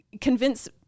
convince